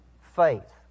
faith